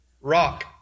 rock